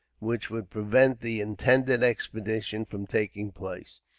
which would prevent the intended expedition from taking place.